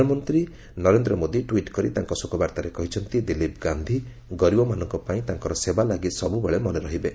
ପ୍ରଧାନମନ୍ତ୍ରୀ ନରେନ୍ଦ୍ର ମୋଦୀ ଟ୍ୱିଟ୍ କରି ତାଙ୍କ ଶୋକବାର୍ତ୍ତାରେ କହିଛନ୍ତି ଦିଲ୍ଲୀପ ଗାନ୍ଧୀ ଗରିବମାନଙ୍କ ପାଇଁ ତାଙ୍କର ସେବା ଲାଗି ସବୁବେଳେ ମନେ ରହିବେ